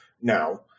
now